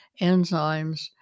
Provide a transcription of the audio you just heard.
enzymes